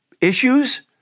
issues